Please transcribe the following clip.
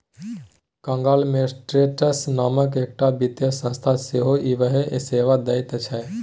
conglomerates नामकेँ एकटा वित्तीय संस्था सेहो इएह सेवा दैत छै